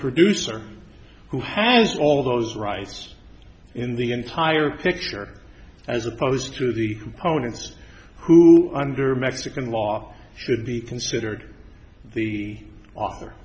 producer who has all those rights in the entire picture as opposed to the opponents who under mexican law should be considered the author